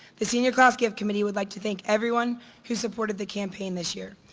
the senior class gift committee would like to thank everyone who supported the campaign this year.